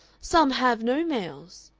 some have no males.